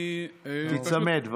תיצמד.